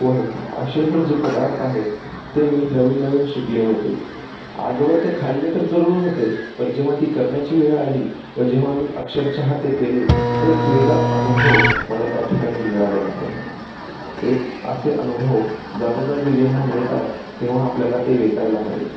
पोहे असे हे जे पदार्थ आहेत ते मी नवीन नवीन शिकले होते आजवर ते खाल्ले तर जरूर होते पर जेव्हा ती करण्याची वेळ आली व जेव्हा मी अक्षरशः ते केले तर एक वेगळा अनुभव मला त्या ठिकाणी मिळालेला होता एक असे अनुभव जागोजागी जेव्हा मिळतात तेव्हा आपल्याला ते वेचायला हवेत